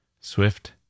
Swift